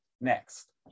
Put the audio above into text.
next